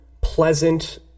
pleasant